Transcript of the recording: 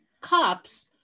cups